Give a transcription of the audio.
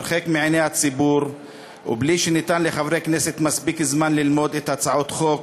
הרחק מעיני הציבור ובלי שניתן לחברי כנסת מספיק זמן ללמוד את הצעות החוק